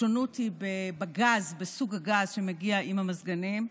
השונות היא בגז, בסוג הגז שמגיע עם המזגנים,